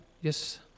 Yes